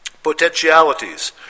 potentialities